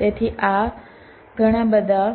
તેથી ત્યાં ઘણા બધા